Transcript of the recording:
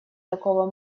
такого